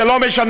זה לא משנה.